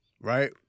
right